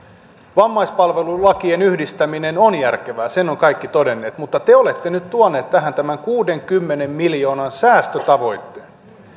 vammaispalvelulakien yhdistäminen on järkevää sen ovat kaikki todenneet mutta te olette nyt tuoneet tähän tämän kuudenkymmenen miljoonan säästötavoitteen